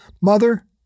Mother